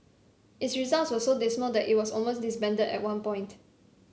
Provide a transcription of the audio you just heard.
its results were so dismal that it was almost disbanded at one point